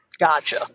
Gotcha